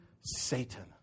Satan